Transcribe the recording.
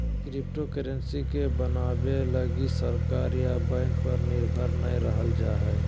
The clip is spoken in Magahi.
क्रिप्टोकरेंसी के बनाबे लगी सरकार या बैंक पर निर्भर नय रहल जा हइ